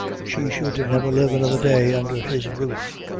she should never live another day under his roof.